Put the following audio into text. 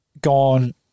gone